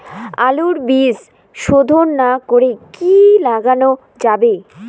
আলুর বীজ শোধন না করে কি লাগানো যাবে?